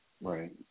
Right